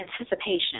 anticipation